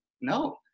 no